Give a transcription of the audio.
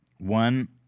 One